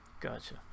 Gotcha